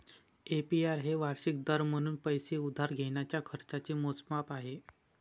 APR हे वार्षिक दर म्हणून पैसे उधार घेण्याच्या खर्चाचे मोजमाप आहे